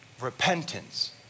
repentance